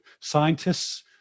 scientists